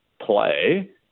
play